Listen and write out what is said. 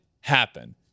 happen